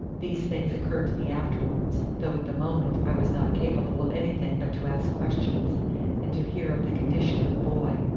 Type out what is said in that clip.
these things occurred to me afterwards, though at the moment i was not capable of anything but to ask questions and to hear of the condition of the boy.